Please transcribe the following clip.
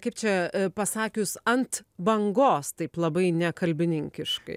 kaip čia pasakius ant bangos taip labai nekalbininkiškai